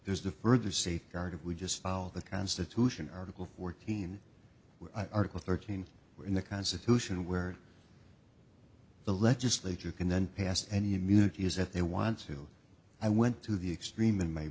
there's a further safeguard we just follow the constitution article fourteen article thirteen where in the constitution where the legislature can then pass any immunity is that they want to i went to the extreme in my